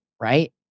right